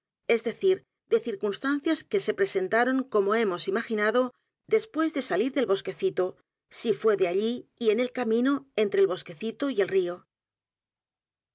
es decir de circunstancias que se presentaron como hemos imaginado después de salir del bosquecito si fué de allí y en el camino entre el bosquecito y el río